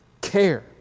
care